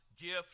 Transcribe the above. gift